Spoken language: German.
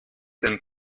denn